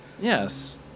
Yes